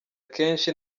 kenshi